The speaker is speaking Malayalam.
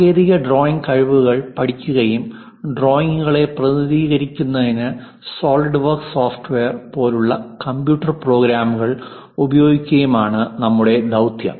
സാങ്കേതിക ഡ്രോയിംഗ് കഴിവുകൾ പഠിക്കുകയും ഡ്രോയിംഗുകളെ പ്രതിനിധീകരിക്കുന്നതിന് സോളിഡ്വർക്സ് സോഫ്റ്റ്വെയർ പോലുള്ള കമ്പ്യൂട്ടർ പ്രോഗ്രാമുകൾ ഉപയോഗിക്കുകയുമാണ് നമ്മുടെ ദൌത്യം